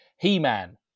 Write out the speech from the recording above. He-Man